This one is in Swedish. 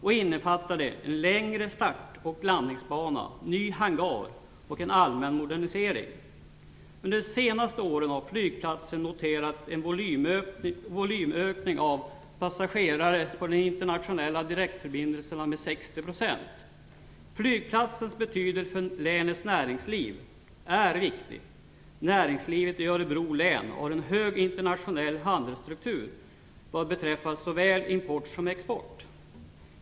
De innefattade längre start och landningsbana, ny hangar och en allmän modernisering. Under de senaste åren har flygplatsen noterat en volymökning av passagerare på de internationella direktförbindelserna med 60 %. Flygplatsen är viktig för länets näringsliv. Näringslivet i Örebro län har en starkt internationell handelsstruktur på såväl import som export.